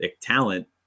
talent